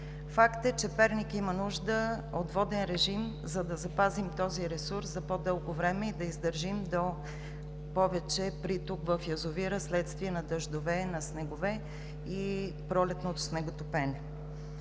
Факт е, че Перник има нужда от воден режим, за да запазим този ресурс за по-дълго време и да издържим до повече приток в язовира, вследствие на дъждове, на снегове и пролетното снеготопене.